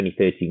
2013